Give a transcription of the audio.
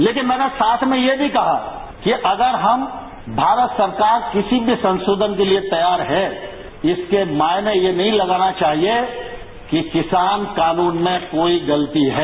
लेकिन मैनें साथ में यह भी कहा कि अगर हम भारत सरकार किसी भी संरोधन के लिये तैयार है इसके मायने यह नहीं लगाना चाहिये कि किसान कानून में कोई गलती है